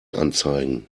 anzeigen